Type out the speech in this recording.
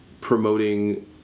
promoting